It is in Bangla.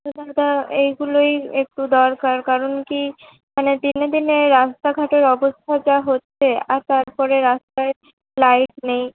দাদা এইগুলোই একটু দরকার কারণ কি মানে দিনে দিনে রাস্তাঘাটের অবস্থা যা হচ্ছে আর তারপরে রাস্তায় লাইট নেই